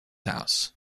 house